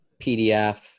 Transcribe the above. PDF